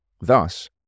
Thus